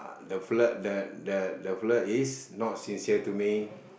the fella the the the fella is not sincere to me